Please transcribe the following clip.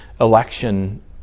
election